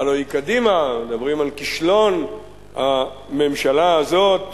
הלוא היא קדימה, ומדברים על כישלון הממשלה הזאת,